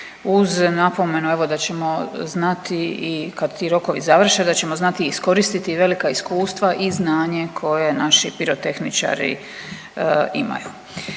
uz napomenu evo da ćemo znati, i kad ti rokovi završe, da ćemo znati iskoristiti velika iskustva i znanje koje naši pirotehničari imaju.